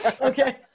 Okay